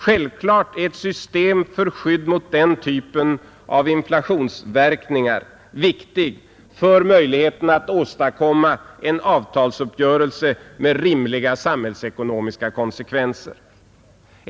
Självklart är ett system för skydd mot den typen av inflationsverkningar viktig för möjligheten att åstadkomma en avtalsuppgörelse med rimliga samhällsekonomiska konsekvenser.